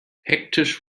hektisch